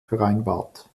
vereinbart